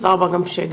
תודה רבה גם שהגעת.